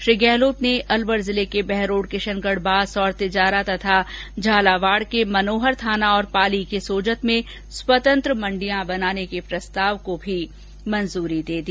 श्री गहलोत ने अलवर जिले के बहरोड़ किशनगढबास और तिजारा तथा झालावाड़ के मनोहरथाना और पाली के सोजत में स्वतंत्र मंडियां बनाने के प्रस्ताव को भी मंजूर दे दी